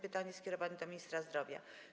Pytanie jest skierowane do ministra zdrowia.